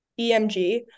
EMG